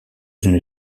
une